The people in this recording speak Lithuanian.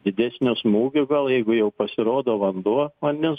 didesnio smūgio gal jeigu jau pasirodo vanduo vandens